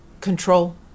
control